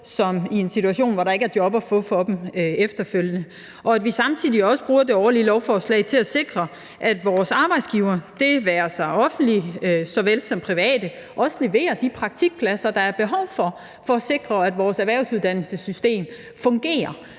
stå i en situation, hvor der ikke er job at få for dem efterfølgende, og at vi samtidig også bruger det årlige lovforslag til at sikre, at vores arbejdsgivere – det være sig offentlige såvel som private – også leverer de praktikpladser, der er behov for, for at sikre, at vores erhvervsuddannelsessystem fungerer.